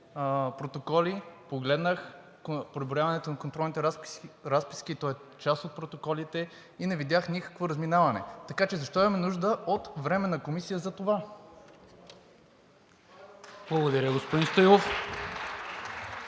протокола, погледнах преброяването на контролните разписки, то е част от протоколите, и не видях никакво разминаване. Така че защо имаме нужда от Временна комисия за това? (Ръкопляскания от